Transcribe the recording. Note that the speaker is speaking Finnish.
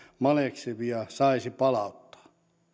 maleksivia saisi palauttaa